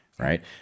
Right